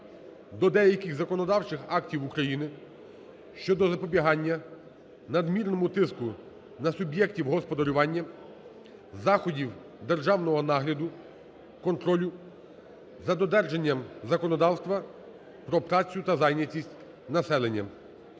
до деяких законодавчих актів України щодо запобігання надмірному тиску на суб’єктів господарювання, заходів державного нагляду, контролю, за додержанням законодавства про працю та зайнятість населення